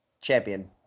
champion